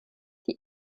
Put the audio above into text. die